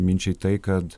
minčiai tai kad